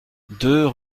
deux